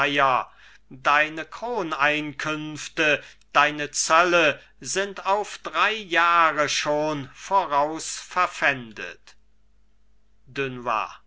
deine kroneinkünfte deine zölle sind auf drei jahre schon voraus verpfändet dunois